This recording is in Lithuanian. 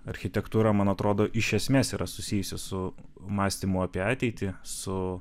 architektūra man atrodo iš esmės yra susijusi su mąstymu apie ateitį su